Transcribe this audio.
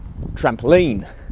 trampoline